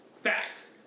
Fact